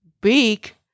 beak